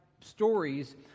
stories